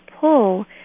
pull